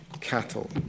cattle